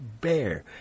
bear